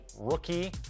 rookie